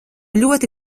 ļoti